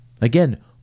Again